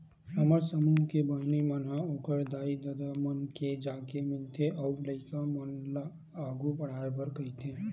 हमर समूह के बहिनी मन ह ओखर दाई ददा मन ले जाके मिलथे अउ लइका मन ल आघु पड़हाय बर कहिथे